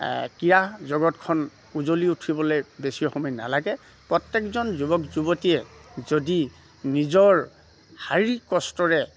ক্ৰীড়া জগতখন উজলি উঠিবলে বেছি সময় নালাগে প্ৰত্যেকজন যুৱক যুৱতীয়ে যদি নিজৰ শাৰীৰিক কষ্টৰে